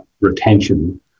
retention